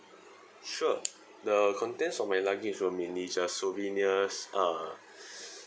sure the contents of my luggage were mainly just souvenirs uh